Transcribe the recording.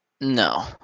no